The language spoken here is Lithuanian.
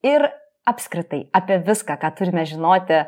ir apskritai apie viską ką turime žinoti